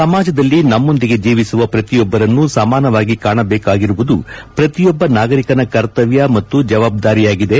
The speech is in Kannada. ಸಮಾಜದಲ್ಲಿ ನಮ್ಮೊಂದಿಗೆ ಜೀವಿಸುವ ಪ್ರತಿಯೊಬ್ಬರನ್ನೂ ಸಮಾನವಾಗಿ ಕಾಣಬೇಕಾಗಿರುವುದು ಪ್ರತಿಯೊಬ್ಬ ನಾಗರಿಕನ ಕರ್ತವ್ಯ ಮತ್ತು ಜವಾಬ್ದಾರಿಯಾಗಿದೆ